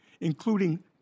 including